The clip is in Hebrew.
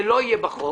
זה לא יהיה בחוק